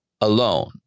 alone